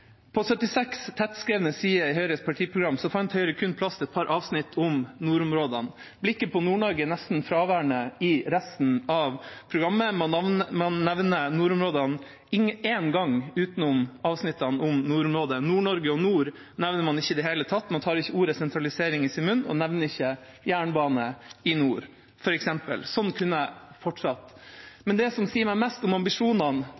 På 76 tettskrevne sider i Høyres partiprogram fant de kun plass til et par avsnitt om nordområdene. Blikket på Nord-Norge er nesten fraværende i resten av programmet. Man nevner nordområdene én gang utenom avsnittene om nordområdene. Nord-Norge og nord nevner man ikke i det hele tatt. Man tar ikke ordet sentralisering i sin munn og nevner ikke jernbane i nord f.eks. Sånn kunne jeg fortsatt, men det som sier meg mest om ambisjonene